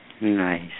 Nice